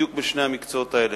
בדיוק בשני המקצועות האלה.